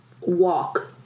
walk